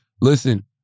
listen